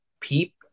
peep